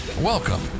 Welcome